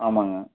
ஆமாங்க